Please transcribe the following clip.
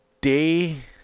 day